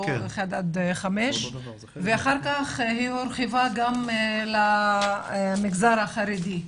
לא 5-1. אחר כך היא הורחבה גם למגזר החרדי.